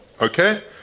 okay